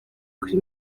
kuri